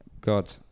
God